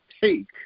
take